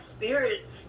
spirit